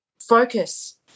focus